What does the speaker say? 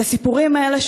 את הסיפורים האלה,